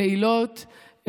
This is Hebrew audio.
פעילות.